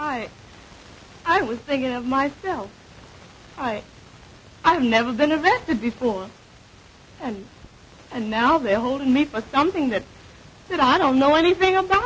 thought i i was thinking of myself i i've never been a victim before and and now they're holding me for something that that i don't know anything about